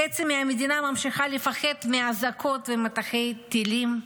חצי מהמדינה ממשיכה לפחד מאזעקות ומטחי טילים,